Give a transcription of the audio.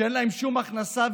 שאין להם שום הכנסה,